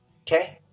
Okay